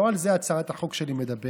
לא על זה הצעת החוק שלי מדברת.